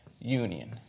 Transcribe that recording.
union